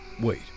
Wait